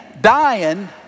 dying